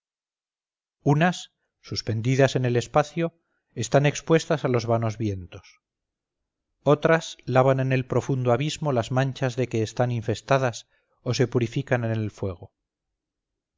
unas suspendidas en el espacio están expuestas a los vanos vientos otras lavan en el profundo abismo las manchas de que están infestadas o se purifican en el fuego